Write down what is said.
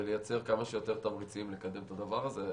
ולייצר כמה שיותר תמריצים לקדם את הדבר הזה.